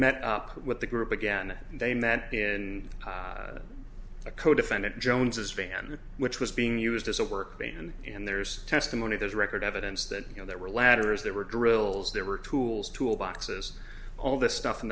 met up with the group again they met in a codefendant jones's band which was being used as a work band and there's testimony there's record evidence that you know there were ladders there were drills there were tools tool boxes all this stuff in